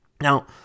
Now